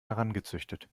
herangezüchtet